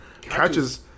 catches